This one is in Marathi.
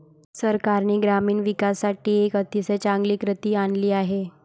सरकारने ग्रामीण विकासासाठी एक अतिशय चांगली कृती आणली आहे